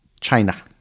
China